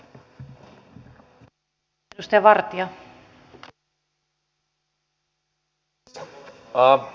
arvoisa rouva puhemies